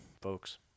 folks